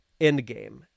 Endgame